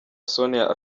sonia